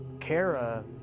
Kara